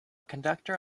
conductor